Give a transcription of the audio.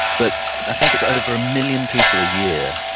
but i think it's over a million people a year,